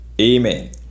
Amen